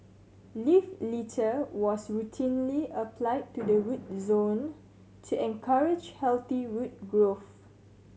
leaf litter was routinely applied to the root zone to encourage healthy root growth